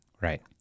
Right